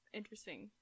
interesting